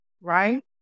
right